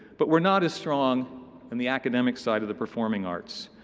but we're not as strong in the academic side of the performing arts.